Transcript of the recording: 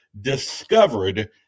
discovered